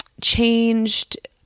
changed